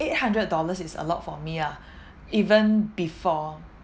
eight hundred dollars is a lot for me ah even before